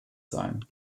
sein